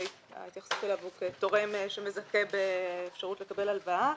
שההתייחסות אליו היא כאל תורם שמזכה באפשרות לקבל הלוואה.